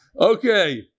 Okay